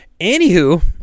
anywho